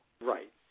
Right